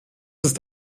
ist